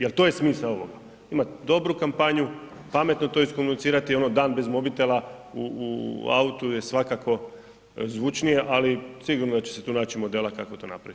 Jer to je smisao ovoga, imati dobru kampanju, pametno to iskomunicirati i ono Dan bez mobitela u autu je svakako zvučnije ali sigurno da će se tu naći modela kako to napraviti.